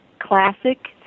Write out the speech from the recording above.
classic